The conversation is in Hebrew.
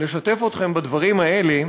לשתף אתכם בדברים האלה,